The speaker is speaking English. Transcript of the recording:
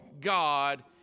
God